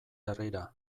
herrira